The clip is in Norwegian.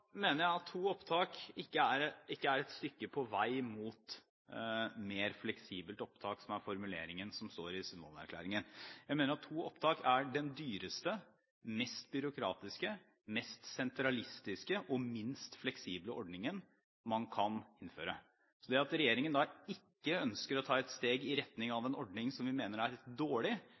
mener jeg at to opptak ikke er et stykke på vei mot mer fleksibelt opptak, som er formuleringen i Sundvolden-erklæringen. Jeg mener at to opptak er den dyreste, mest byråkratiske, mest sentralistiske og minst fleksible ordningen man kan innføre. Så det at regjeringen ikke ønsker å ta et steg i retning av en ordning som vi mener er dårlig,